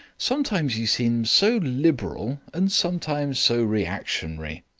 sometimes you seem so liberal and sometimes so reactionary.